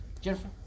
Jennifer